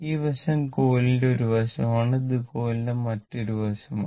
ഈ വശം കോയിലിന്റെ ഒരു വശമാണ് ഇത് കോയിലിന്റെ മറ്റൊരു വശമാണ്